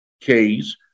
case